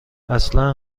اصلا